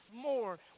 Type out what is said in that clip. more